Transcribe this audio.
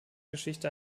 geschichte